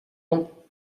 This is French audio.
bancs